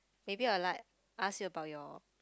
maybe I'll like ask you about your